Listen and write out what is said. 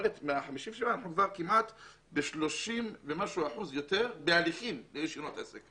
כבר בלמעלה מ-30% בהליכים לרישיונות עסק.